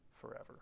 forever